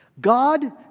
God